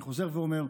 ואני חוזר ואומר,